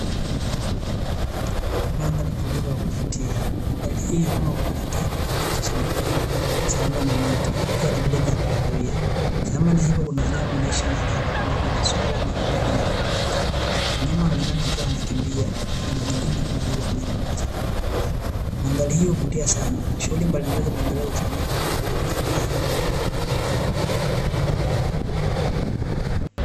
Mandhari tulivu ya kuvutia, maadhari hii umeumbwa kwa kijani kibichi cha majani sambamba na miti pia na majani ya kahawia. Sambamba na hivyo Kuna wanyama wanao ishi mahali hapa kama vile swala, digidigi n.k. mnyama anaonekana akiwa anakimbia akiwa ana jilinda kwa ajili ya wanyama wanao weza kumuwinda. Mandhari hii huvutia sana, shughuli mbalimbali za maendeleo hufanyika kama vile utalii.